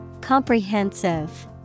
Comprehensive